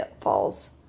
falls